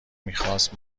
میخواست